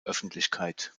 öffentlichkeit